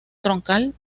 troncal